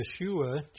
Yeshua